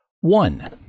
One